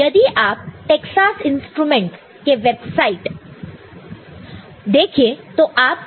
यदि आप Texas Instruments Texas Instrument's के वेबसाइट देखें तो आप समझ जाएंगे